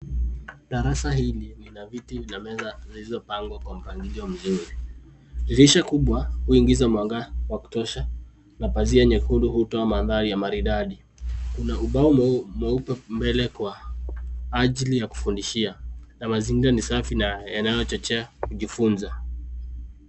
Darasa hili lina viti na meza zilizopangwa kwa mpangilio mzuri. Dirisha kubwa huingiza mwanga wa kutosha na pazia nyekundu hutoa mandhari maridadi. Kuna ubao mweupe mbele kwa ajili ya kufundishia na mazingira ni safi na yanayochochea kujifunza.